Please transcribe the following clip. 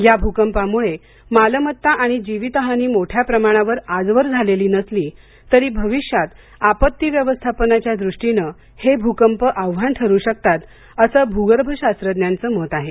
या भूकंपामुळे मालमत्ता आणि जीवित हानी मोठ्या प्रमाणात आजवर झालेली नसली तरी भविष्यात आपत्ती व्यवस्थापनाच्या दृष्टीने हे भूकंप आव्हान ठरू शकतात असं भूगर्भशास्त्रज्ञांचं मत आहे